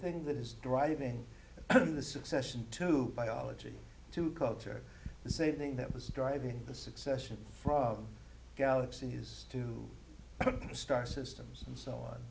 thing that is driving the succession to biology to culture the same thing that was driving the succession from galaxies to star systems and so on